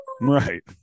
Right